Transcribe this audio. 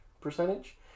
percentage